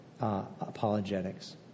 apologetics